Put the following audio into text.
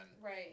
Right